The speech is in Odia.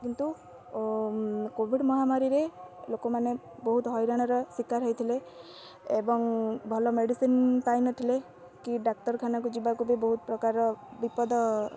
କିନ୍ତୁ କୋଭିଡ଼୍ ମହାମାରୀରେ ଲୋକମାନେ ବହୁତ ହଇରାଣର ଶିକାର ହେଇଥିଲେ ଏବଂ ଭଲ ମେଡ଼ିସିନ୍ ପାଇନଥିଲେ କି ଡାକ୍ତରଖାନାକୁ ଯିବାକୁ ବି ବହୁତ ପ୍ରକାର ବିପଦ